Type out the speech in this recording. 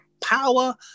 power